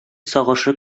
сагышы